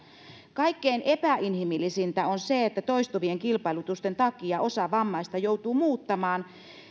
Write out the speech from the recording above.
kaikkein epäinhimillisintä on se että toistuvien kilpailutusten takia osa vammaisista joutuu muuttamaan